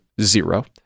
zero